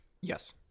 Yes